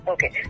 Okay